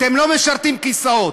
אתם לא משרתים כיסאות.